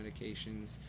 medications